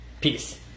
Peace